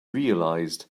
realized